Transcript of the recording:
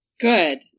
good